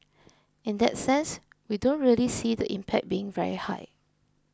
in that sense we don't really see the impact being very high